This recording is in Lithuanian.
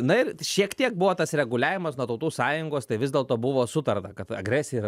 na ir šiek tiek buvo tas reguliavimas nuo tautų sąjungos tai vis dėlto buvo sutarta kad agresija yra